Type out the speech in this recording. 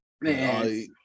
Man